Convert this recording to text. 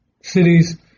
cities